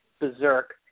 berserk